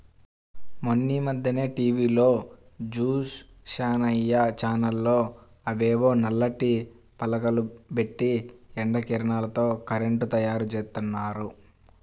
మొన్నీమధ్యనే టీవీలో జూశానయ్య, చేలల్లో అవేవో నల్లటి పలకలు బెట్టి ఎండ కిరణాలతో కరెంటు తయ్యారుజేత్తన్నారు